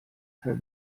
for